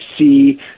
see